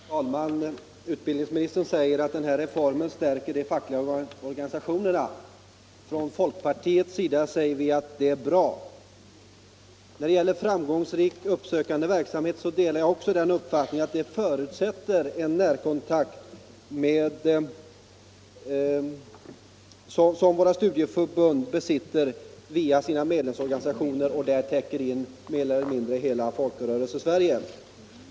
Herr talman! Utbildningsministern säger att den här reformen stärker de fackliga organisationerna. Från folkpartiets sida säger vi att det är bra. När det gäller framgångsrik uppsökande verksamhet delar vi också uppfattningen att det förutsätter en sådan närkontakt som studieförbunden via sina medlemsorganisationer har med de grupper man vill nå. Studieförbunden täcker ju mer eller mindre in hela Folkrörelsesverige.